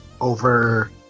over